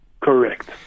Correct